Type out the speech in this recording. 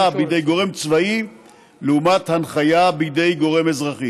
בידי גורם צבאי לעומת הנחיה בידי גורם אזרחי.